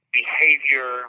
behavior